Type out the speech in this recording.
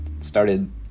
started